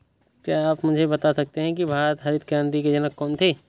क्या आप मुझे बता सकते हैं कि भारत में हरित क्रांति के जनक कौन थे?